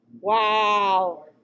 Wow